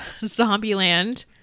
Zombieland